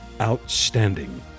outstanding